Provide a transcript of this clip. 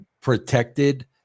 protected